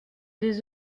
des